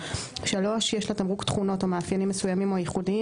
(3) יש לתמרוק תכונות או מאפיינים מסוימים או ייחודיים,